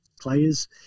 players